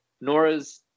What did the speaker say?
Nora's